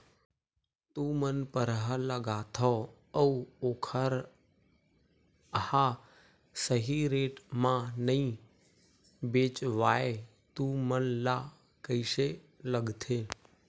तू मन परहा लगाथव अउ ओखर हा सही रेट मा नई बेचवाए तू मन ला कइसे लगथे?